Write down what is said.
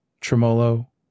tremolo